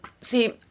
See